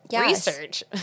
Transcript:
Research